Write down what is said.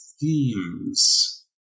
themes